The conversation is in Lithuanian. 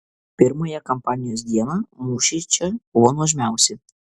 pirmąją kampanijos dieną mūšiai čia buvo nuožmiausi